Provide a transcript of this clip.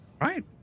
right